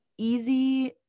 easy